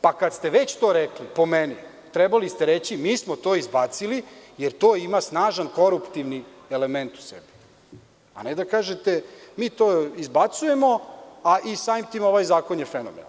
pa kad ste već to rekli, po meni, trebali ste reći – mi smo to izbacili, jer to ima snažan koruptivni element u sebi, a ne da kažete – mi to izbacujemo, samim tim ovaj zakon je fenomenalan.